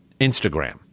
Instagram